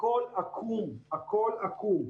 הכול עקום, הכול עקום.